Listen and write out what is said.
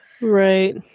right